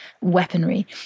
weaponry